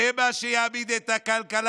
זה מה שיעמיד את הכלכלה.